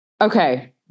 Okay